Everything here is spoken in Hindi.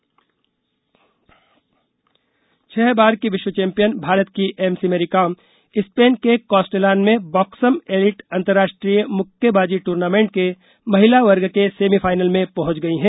मुक्केबाजी छह बार की विश्व चौंपियन भारत की एमसी मैरीकॉम स्पेन के कास्टेलॉन में बॉक्सम एलिट अंतर्राष्ट्रीय मुक्केबाजी ट्र्नामेंट के महिला वर्ग के सेमीफाइनल में पहंच गई है